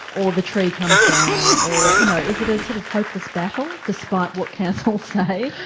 or the tree comes down or. you know is it a sort of hopeless battle despite what councils say?